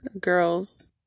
girls